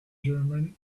german